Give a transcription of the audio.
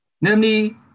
namely